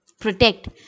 protect